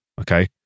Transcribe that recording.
Okay